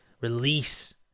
release